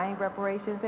reparations